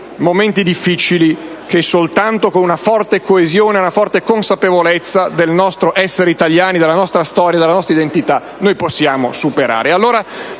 momenti difficili che soltanto con una forte coesione e una forte consapevolezza del nostro essere italiani, della nostra storia e della nostra identità possiamo superare.